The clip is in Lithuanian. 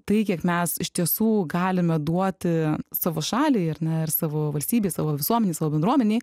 tai kiek mes iš tiesų galime duoti savo šaliai ar ne ir savo valstybei savo visuomenei savo bendruomenei